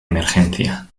emergencia